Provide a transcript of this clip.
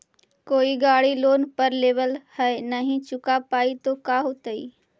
कोई गाड़ी लोन पर लेबल है नही चुका पाए तो का होतई?